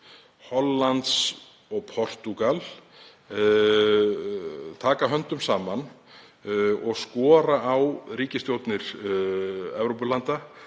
Hollands og Portúgals taka höndum saman og skora á ríkisstjórnir Evrópulanda